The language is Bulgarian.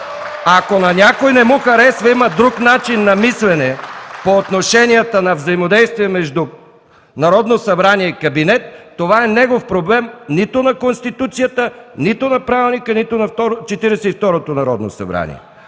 Ако на някой не му харесва и има друг начин на мислене по отношенията на взаимодействие между Народното събрание и кабинета, това е негов проблем, не е нито на Конституцията, нито на Правилника, нито на Четиридесет